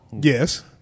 Yes